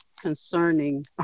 concerning